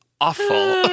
awful